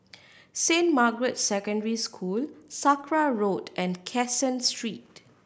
Saint Margaret's Secondary School Sakra Road and Caseen Street